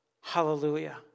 Hallelujah